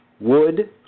wood